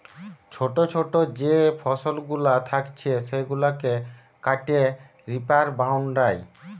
ছোটো ছোটো যে ফসলগুলা থাকছে সেগুলাকে কাটে রিপার বাইন্ডার